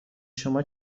شما